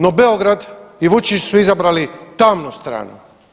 No, Beograd i Vučić su izabrali tamnu stranu.